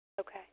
Okay